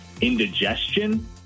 indigestion